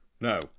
No